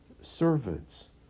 servants